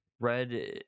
red